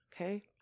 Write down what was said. okay